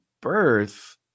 birth